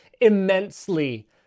immensely